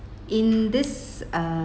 in this uh